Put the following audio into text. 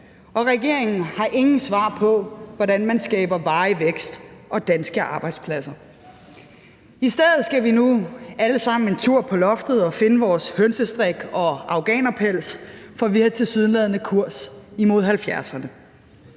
og regeringen har ingen svar på, hvordan man skaber varig vækst og danske arbejdspladser. I stedet skal vi nu alle sammen en tur på loftet og finde vores hønsestrik og afghanerpels, for vi har tilsyneladende kurs mod 1970'erne.